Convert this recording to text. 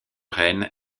reine